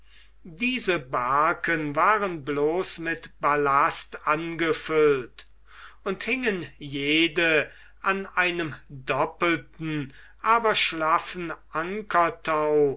diese barken waren bloß mit ballast angefüllt und hingen jede an einem doppelten aber schlaffen